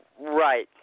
Right